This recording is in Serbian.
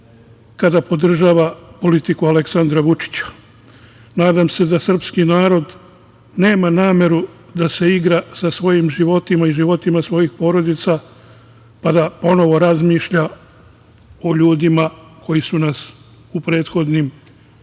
kada podržava politiku Aleksandra Vučića. Nadam se da srpski narod nema nameru da se igra sa svojim životima i životima svojih porodica, pa da ponovo razmišlja o ljudima koji su nas u prethodnim decenijama